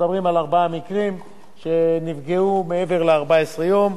מדברים על ארבעה מקרים שנפגעו מעבר ל-14 יום.